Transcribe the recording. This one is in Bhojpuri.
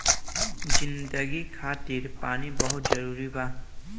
जिंदगी खातिर पानी बहुत जरूरी बा